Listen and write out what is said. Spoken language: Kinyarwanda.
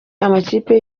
amakipe